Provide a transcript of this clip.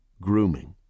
grooming